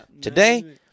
Today